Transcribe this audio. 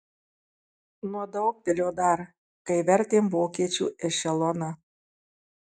nuo daugpilio dar kai vertėm vokiečių ešeloną